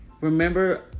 Remember